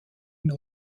neu